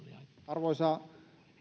arvoisa